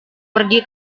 pergi